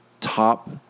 Top